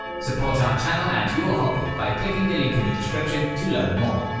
support our channel and your hobby by clicking the link in the description to learn more.